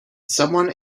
someone